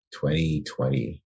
2020